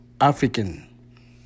African